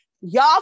Y'all